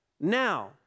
now